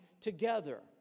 together